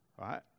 right